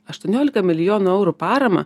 aštuoniolika milijonų eurų paramą